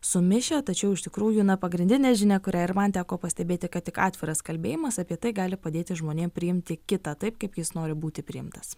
sumišę tačiau iš tikrųjų pagrindinė žinia kurią ir man teko pastebėti kad tik atviras kalbėjimas apie tai gali padėti žmonėm priimti kitą taip kaip jis nori būti priimtas